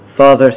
Father